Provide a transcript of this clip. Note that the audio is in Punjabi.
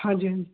ਹਾਂਜੀ ਹਾਂਜੀ